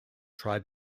tried